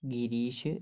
Girish